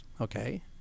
Okay